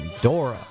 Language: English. Dora